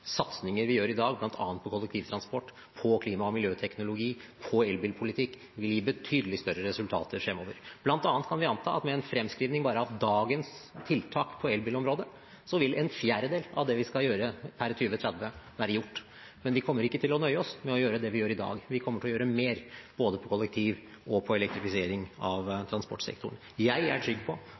Satsinger vi gjør i dag bl.a. på kollektivtransport, på klima- og miljøteknologi og på elbilpolitikk, vil gi betydelig større resultater fremover. Blant annet kan vi anta at med en fremskrivning bare av dagens unntak på elbilområdet vil en fjerdedel av det vi skal gjøre per 2030, være gjort. Men vi kommer ikke til å nøye oss med å gjøre det vi gjør i dag, vi kommer til å gjøre mer både på kollektiv og på elektrifisering av transportsektoren. Jeg er trygg på